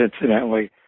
incidentally